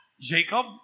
Jacob